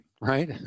right